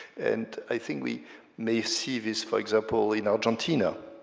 and i think we may see this, for example, in argentina,